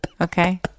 Okay